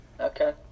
Okay